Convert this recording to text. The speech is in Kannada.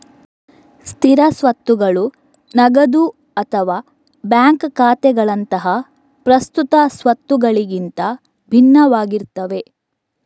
ಸ್ಥಿರ ಸ್ವತ್ತುಗಳು ನಗದು ಅಥವಾ ಬ್ಯಾಂಕ್ ಖಾತೆಗಳಂತಹ ಪ್ರಸ್ತುತ ಸ್ವತ್ತುಗಳಿಗಿಂತ ಭಿನ್ನವಾಗಿರ್ತವೆ